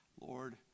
Lord